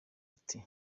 ati